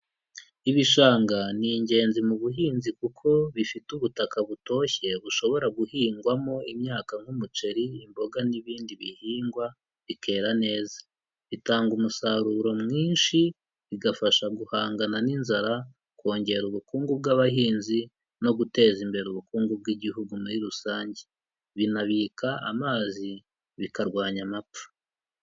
Ibishanga ni ingenzi mu buhinzi kuko bifite ubutaka butoshye bushobora guhingwamo imyaka: nk'umuceri, imboga n'ibindi bihingwa bikera neza. Bitanga umusaruro mwinshi, bigafasha guhangana n'inzara, kongera ubukungu bw'abahinzi, no guteza imbere ubukungu bw'igihugu muri rusange. Binabika amazi, bikarwanya amapfa.